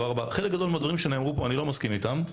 חלק גדול מן הדברים שנאמרו פה אני לא מסכים איתם,